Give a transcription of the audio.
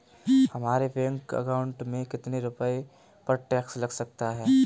हमारे bank account में कितने रुपये पर टैक्स लग सकता है?